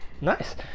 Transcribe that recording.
Nice